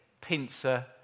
pincer